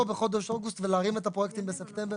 בחודש אוגוסט ולהרים את הפרויקטים בספטמבר.